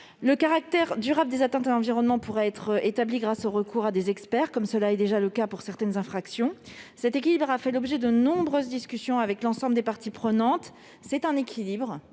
Le caractère durable des atteintes à l'environnement pourra être établi grâce au recours à des experts, comme cela est déjà le cas pour certaines infractions. Cet article a fait l'objet de nombreuses discussions avec l'ensemble des parties prenantes. Il aboutit à un équilibre